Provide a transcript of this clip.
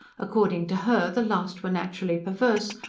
according to her, the last were naturally perverse,